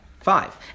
five